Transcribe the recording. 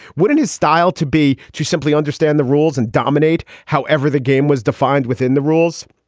wouldn't his style to be to simply understand the rules and dominate however, the game was defined within the rules.